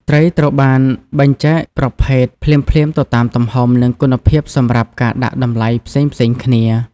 ត្រីត្រូវបាន បែងចែកប្រភេទ ភ្លាមៗទៅតាមទំហំ និងគុណភាពសម្រាប់ការដាក់តម្លៃផ្សេងៗគ្នា។